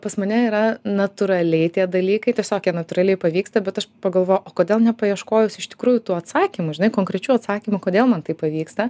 pas mane yra natūraliai tie dalykai tiesiog jie natūraliai pavyksta bet aš pagalvojau o kodėl nepaieškojus iš tikrųjų tų atsakymų žinai konkrečių atsakymų kodėl man tai pavyksta